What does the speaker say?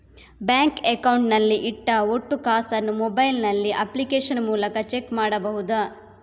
Bank account ನಲ್ಲಿ ಇಟ್ಟ ಒಟ್ಟು ಕಾಸನ್ನು ಮೊಬೈಲ್ ನಲ್ಲಿ ಅಪ್ಲಿಕೇಶನ್ ಮೂಲಕ ಚೆಕ್ ಮಾಡಬಹುದಾ?